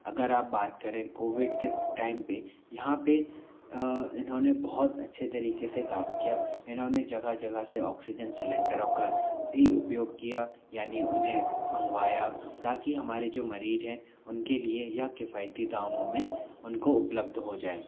अगर आप बात करें कोविड के टाइम पर यहाँ पर इन्होंने बहुत तरीक़े से काम किया इन्होंने जगह जगह से ऑक्सीजन सिलेंडरों का भी उपयोग किया यानी उन्हें मंगवाया ताकि हमारे जो मरीज़ हैं उनके लिए यह किफ़ायती दामों में उनको उपलब्ध हो जाएं